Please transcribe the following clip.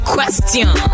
Question